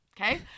okay